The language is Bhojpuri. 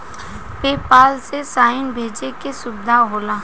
पे पाल से पइसा भेजे में सुविधा होला